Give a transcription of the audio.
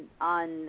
on